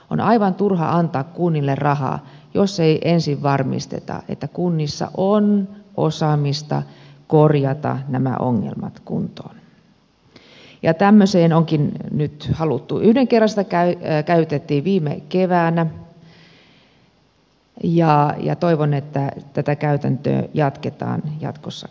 on aivan turha antaa kunnille rahaa jos ei ensin varmisteta että kunnissa on osaamista korjata nämä ongelmat kuntoon ja tämmöiseen onkin nyt haluttu yhden kerran sitä käytettiin viime keväänä ja toivon että tätä käytäntöä jatketaan jatkossakin